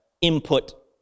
input